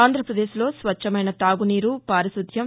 ఆంధ్రాపదేశ్లో స్వచ్చమైన తాగునీరు పారిశుధ్యం